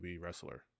wrestler